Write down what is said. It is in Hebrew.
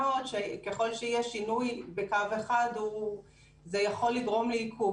ככל שיהיה שינוי בקו אחד, זה יכול לגרום לעיכוב.